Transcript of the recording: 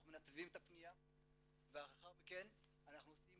אנחנו מנתבים את הפניה ולאחר מכן אנחנו עושים